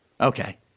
Okay